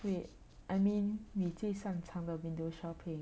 wait I mean 你最擅长的 window shopping